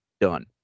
Done